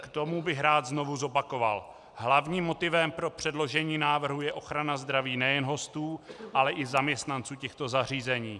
K tomu bych rád znovu zopakoval hlavním motivem pro předložení návrhu je ochrana zdraví nejen hostů, ale i zaměstnanců těchto zařízení.